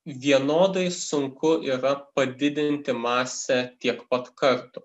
vienodai sunku yra padidinti masę tiek pat kartų